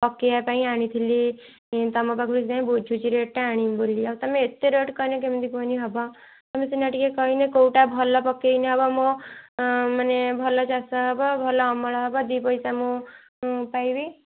ପକେଇବା ପାଇଁ ଆଣିଥିଲି ତମ ପାଖରୁ ସେଥିପାଇଁ ବୁଝୁଛି ରେଟ୍ ଟା ଅଣିବି ବୋଲି ଆଉ ତମେ ଏତେ ରେଟ୍ କହିନେ କେମିତି କୁହନି ହବ ତମେ ସିନା ଟିକିଏ କହିନେ କେଉଁଟା ଭଲ ପକେଇନେ ହବ ମୁଁ ମାନେ ଭଲ ଚାଷ ହବ ଭଲ ଅମଳ ହବ ଦୁଇ ପାଇସା ମୁଁ ପାଇବି